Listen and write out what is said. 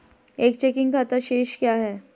एक चेकिंग खाता शेष क्या है?